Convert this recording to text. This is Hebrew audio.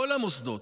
כל המוסדות.